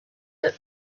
that